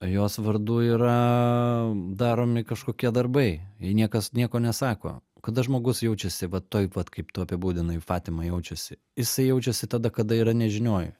jos vardu yra daromi kažkokie darbai jai niekas nieko nesako kada žmogus jaučiasi vat taip vat kaip tu apibūdinai fatima jaučiasi jisai jaučiasi tada kada yra nežinioj